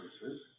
services